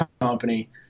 company